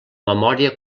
memòria